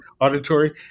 auditory